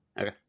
Okay